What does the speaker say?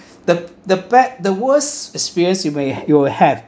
the the bad the worst experience you may you'll have